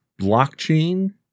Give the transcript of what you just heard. blockchain